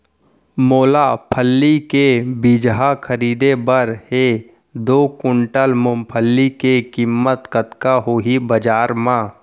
मोला फल्ली के बीजहा खरीदे बर हे दो कुंटल मूंगफली के किम्मत कतका होही बजार म?